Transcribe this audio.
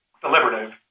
deliberative